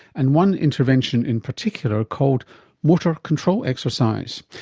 and one intervention in particular called motor control exercise.